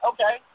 Okay